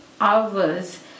hours